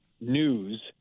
news